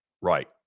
Right